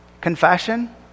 confession